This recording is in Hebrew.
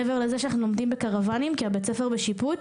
מעבר לזה שאנחנו לומדים בקרוואנים כי הבית ספר בשיפוץ.